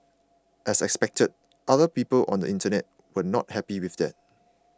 as expected other people on the internet were not happy with that